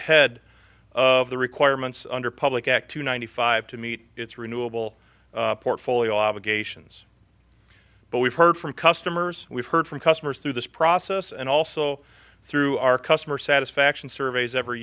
ahead of the requirements under public act two ninety five to meet its renewable portfolio obligations but we've heard from customers we've heard from customers through this process and also through our customer satisfaction surveys every